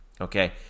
Okay